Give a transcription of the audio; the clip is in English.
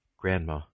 GRANDMA